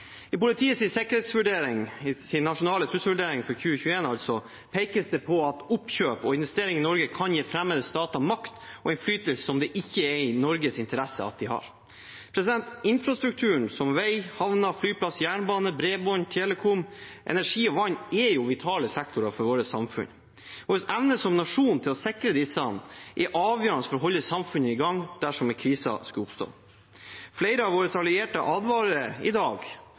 I politiets nasjonale trusselvurdering for 2021 pekes det på at oppkjøp og investering i Norge kan gi fremmede stater makt og innflytelse som det ikke er i Norges interesse at de har. Infrastrukturer som vei, havner, flyplasser, jernbane, bredbånd, telekom, energi og vann er vitale sektorer for samfunnet vårt. Vår evne som nasjon til å sikre disse er avgjørende for å holde samfunnet i gang dersom en krise skulle oppstå. Flere av våre allierte advarer i dag